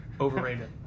overrated